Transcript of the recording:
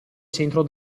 centro